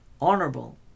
honorable